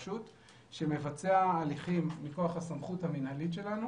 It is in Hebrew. המערך מבצע הליכים מכוח הסמכות המנהלית שלנו